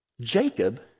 Jacob